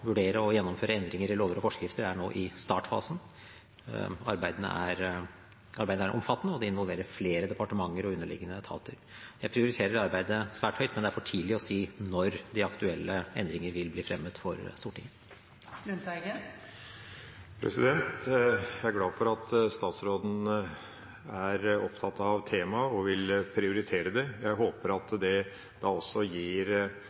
vurdere og gjennomføre endringer i lover og forskrifter er nå i startfasen. Arbeidet er omfattende, og det involverer flere departementer og underliggende etater. Jeg prioriterer arbeidet svært høyt, men det er for tidlig å si når de aktuelle endringene vil bli fremmet for Stortinget. Jeg er glad for at statsråden er opptatt av temaet og vil prioritere det. Jeg håper at det gir